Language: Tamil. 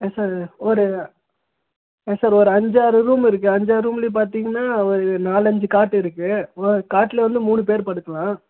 யெஸ் சார் ஒரு யெஸ் சார் ஒரு அஞ்சு ஆறு ரூமு இருக்கு அஞ்சு ஆறு ரூம்லையும் பார்த்திங்கன்னா ஒரு நாலு அஞ்சு காட் இருக்கு ஒரு காட்டில் வந்து மூணு பேர் படுக்கலாம்